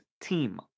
team